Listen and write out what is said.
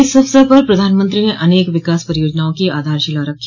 इस अवसर पर प्रधानमंत्री ने अनेक विकास परियोजनाओं की आधारशिला रखी